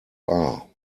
are